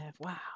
wow